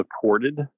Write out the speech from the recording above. supported